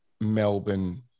Melbourne